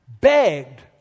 begged